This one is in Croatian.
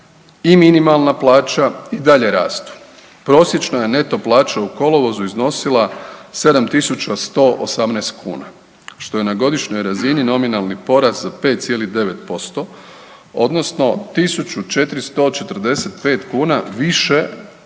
i minimalna plaća i dalje rastu. Prosječna je neto plaća u kolovozu iznosila 7.118 kuna što je na godišnjoj razini nominalni porast za 5,9% odnosno 1.445 kuna više nego